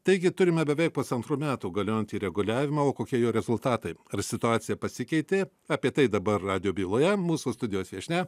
taigi turime beveik pasantrų metų galiojantį reguliavimą o kokie jo rezultatai ar situacija pasikeitė apie tai dabar radijo byloje mūsų studijos viešnia